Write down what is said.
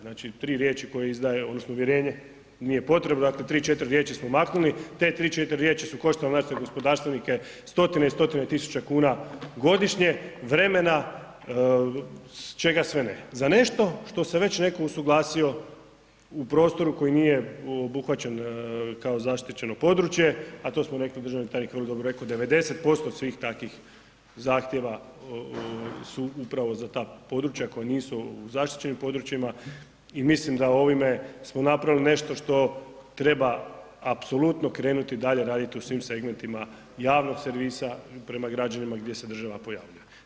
Znači tri riječi koje izdaje odnosno uvjerenje nije potrebno, dakle tri, četiri riječi smo maknuli, te tri, četiri riječi su koštale naše gospodarstvenike 100-tine i 100-tine tisuća kuna godišnje, vremena, čega sve ne, za nešto što se već netko usuglasio u prostoru koji nije obuhvaćen kao zaštićeno područje, a to smo rekli, državni tajnik je vrlo dobro rekao, 90% svih takvih zahtjeva su upravo za ta područja koja nisu u zaštićenim područjima i mislim da ovime smo napravili nešto što treba apsolutno krenuti dalje raditi u svim segmentima javnog servisa prema građanima gdje se država pojavljuje.